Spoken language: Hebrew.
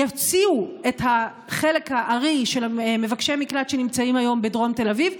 יוציאו את חלק הארי של מבקשי המקלט שנמצאים היום בדרום תל אביב,